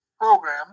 program